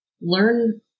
Learn